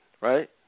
right